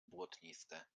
błotniste